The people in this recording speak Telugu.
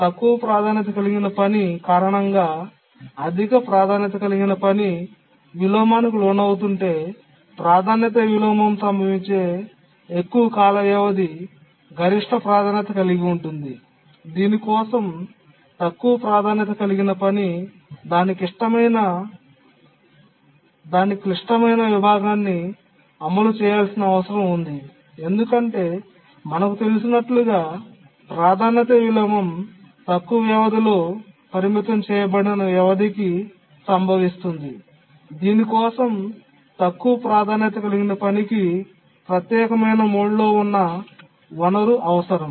తక్కువ ప్రాధాన్యత కలిగిన పని కారణంగా అధిక ప్రాధాన్యత కలిగిన పని విలోమానికి లోనవుతుంటే ప్రాధాన్యత విలోమం సంభవించే ఎక్కువ కాల వ్యవధి గరిష్ట ప్రాధాన్యత కలిగి ఉంటుంది దీని కోసం తక్కువ ప్రాధాన్యత కలిగిన పని దాని క్లిష్టమైన విభాగాన్ని అమలు చేయాల్సిన అవసరం ఉంది ఎందుకంటే మనకు తెలిసినట్లుగా ప్రాధాన్యత విలోమం తక్కువ వ్యవధిలో పరిమితం చేయబడిన వ్యవధికి సంభవిస్తుంది దీని కోసం తక్కువ ప్రాధాన్యత కలిగిన పనికి ప్రత్యేకమైన మోడ్లో ఉన్న వనరు అవసరం